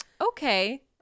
Okay